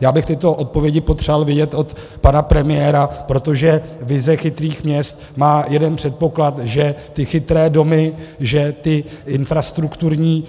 Já bych tyto odpovědi potřeboval vědět od pana premiéra, protože vize chytrých měst má jeden předpoklad, že ty chytré domy, že ty infrastrukturní